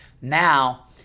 now